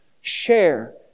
Share